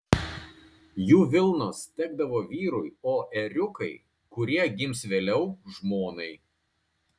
jų vilnos tekdavo vyrui o ėriukai kurie gims vėliau žmonai